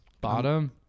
Bottom